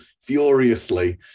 furiously